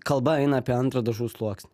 kalba eina apie antrą dažų sluoksnį